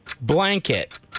blanket